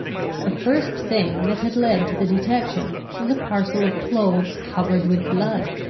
the first thing that had led to the detection was a parcel of clothes covered with blood,